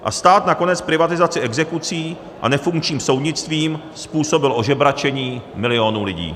A stát nakonec privatizací, exekucí a nefunkčním soudnictvím způsobil ožebračení milionů lidí.